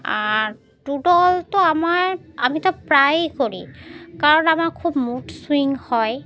আর doodle তো আমার আমি তো প্রায়ই করি কারণ আমার খুব মুড সুইং হয়